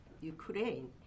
Ukraine